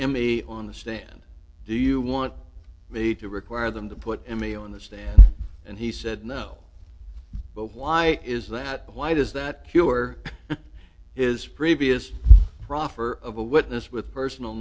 emmy on the stand do you want me to require them to put me on the stand and he said no but why is that why does that cure his previous proffer of a witness with personal